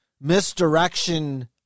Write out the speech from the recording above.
misdirection